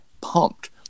pumped